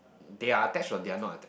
their attached or they are not attached